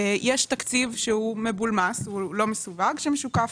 יש תקציב שהוא לא מסווג והוא משוקף,